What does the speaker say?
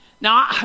Now